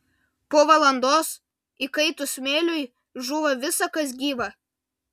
po valandos įkaitus smėliui žūva visa kas gyva